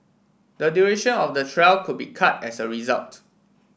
the duration of the trial could be cut as a result